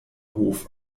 hof